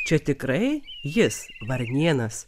čia tikrai jis varnėnas